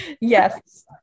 Yes